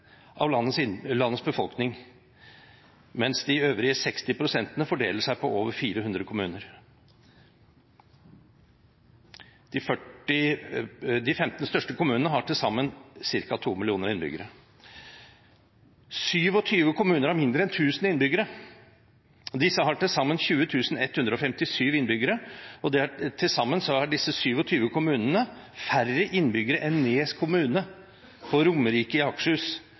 av landets befolkning, mens de øvrige 60 pst. fordeler seg på over 400 kommuner. De 15 største kommunene har til sammen ca. 2 millioner innbyggere. 27 kommuner har mindre enn 1 000 innbyggere. Disse har til sammen 20 157 innbyggere, og til sammen har disse 27 kommunene færre innbyggere enn Nes kommune på Romerike i Akershus,